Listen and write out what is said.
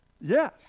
yes